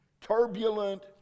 turbulent